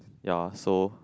ya so